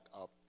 up